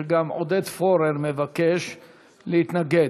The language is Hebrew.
וגם עודד פורר מבקש להתנגד.